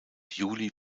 juli